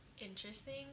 interesting